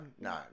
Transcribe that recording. No